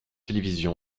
télévision